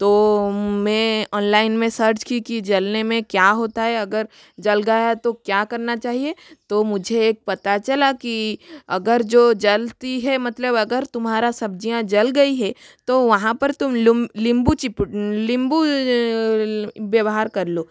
तो मैं ऑनलाइन में सर्च की कि जलने में क्या होता है अगर जल गया तो क्या करना चाहिए तो मुझे एक पता चला कि अगर जो जलती है मतलब अगर तुम्हारी सब्ज़ियाँ जल गई है तो वहाँ पर तुम नींबू चिप नींबू व्यवहार कर लो